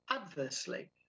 adversely